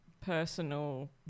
Personal